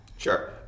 Sure